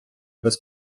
без